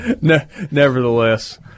Nevertheless